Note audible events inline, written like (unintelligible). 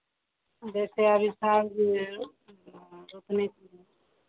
देते अभी (unintelligible) हाँ तो उतने (unintelligible)